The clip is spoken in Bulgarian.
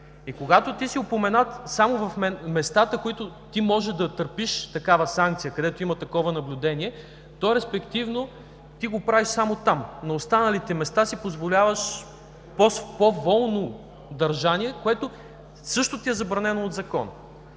И когато си упоменат само в местата, където можеш да търпиш такава санкция, където има такова наблюдение, респективно ти го правиш само там. На останалите места си позволяваш пό волно държание, което също ти е забранено от Закона.